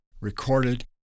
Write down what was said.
recorded